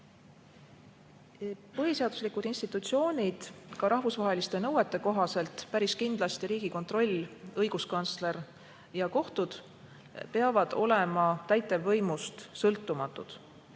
tagasi. Põhiseaduslikud institutsioonid, rahvusvaheliste nõuete järgi päris kindlasti Riigikontroll, õiguskantsler ja kohtud, peavad olema täitevvõimust sõltumatud.